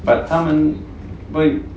but 他们 like